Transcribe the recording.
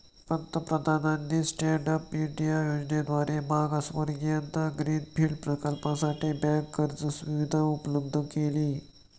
पंतप्रधानांनी stand up India योजनेद्वारे मागासवर्गीयांना ग्रीन फील्ड प्रकल्पासाठी बँक कर्ज सुविधा उपलब्ध केली